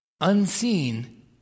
unseen